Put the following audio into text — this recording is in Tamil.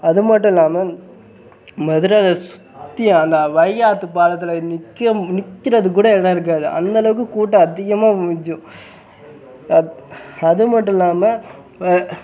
அது மட்டும் இல்லாமல் மதுரையில் சுற்றி அந்த வைகை ஆற்று பாலத்தில் நிற்க நிற்கிறதுக்கூட இடம் இருக்காது அந்தளவுக்கு கூட்டம் அதிகமாக மிஞ்சும் அ அது மட்டும் இல்லாமல்